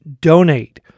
donate